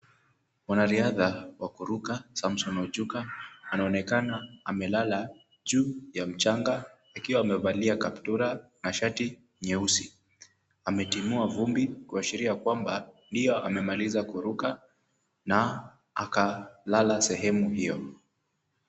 Mwanariadha wa kuruka Samson Ochuka, anaonekana amelala juu ya mchanga akiwa amevalia kaptura na shati nyeusi. Ametimua vumbi kuashiria kwamba ndio amemaliza kuruka na akalala sehemu hiyo.